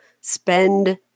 spend